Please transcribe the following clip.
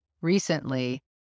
recently